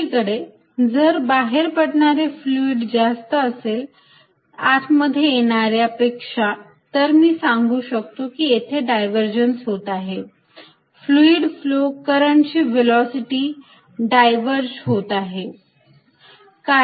दुसरीकडे जर बाहेर पडणारे फ्लुईड जास्त असेल आत मध्ये येणाऱ्या पेक्षा तर मी सांगू शकतो येथे डायव्हरजन्स होत आहे फ्लुईड फ्लो करंट ची व्हेलॉसिटी डायव्हरज होत आहे